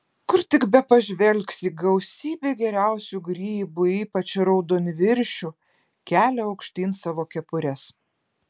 kur tik bepažvelgsi gausybė geriausių grybų ypač raudonviršių kelia aukštyn savo kepures